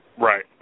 Right